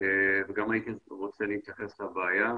וגם הייתי רוצה להתייחס לבעיה.